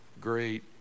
great